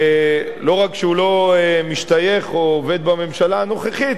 שלא רק שהוא לא משתייך או עובד בממשלה הנוכחית,